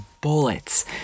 bullets